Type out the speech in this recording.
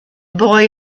boy